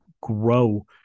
grow